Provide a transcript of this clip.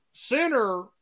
center